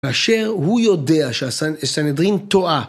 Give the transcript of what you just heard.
אשר הוא יודע שהסנדרין טועה.